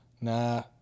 Nah